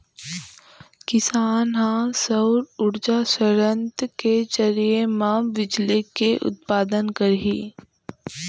किसान ह सउर उरजा संयत्र के जरिए म बिजली के उत्पादन करही